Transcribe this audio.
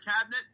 cabinet